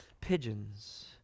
pigeons